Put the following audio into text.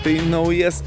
tai naujas